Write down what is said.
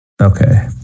Okay